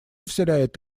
вселяет